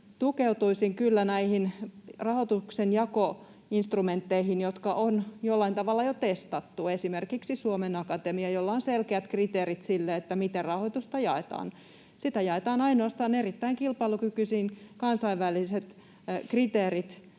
tukeutuisin kyllä näihin rahoituksen jakoinstrumentteihin, jotka on jollain tavalla jo testattu, esimerkiksi Suomen Akatemiaan, jolla on selkeät kriteerit sille, miten rahoitusta jaetaan. Sitä jaetaan ainoastaan erittäin kilpailukykyisiin, kansainväliset kriteerit